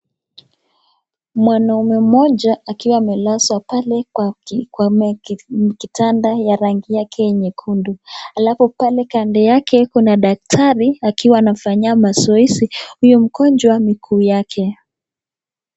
Mwanaume mmoja akiwa amelazwa pale kwa kitanda ya rangi yake nyekundu. Alafu pale kando yake kuna dakatari akiwa anamfanyia mazoezi huyu mgonjwa miguu yake.